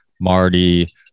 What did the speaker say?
Marty